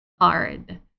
hard